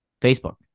Facebook